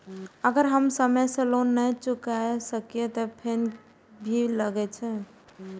अगर हम समय से लोन ना चुकाए सकलिए ते फैन भी लगे छै?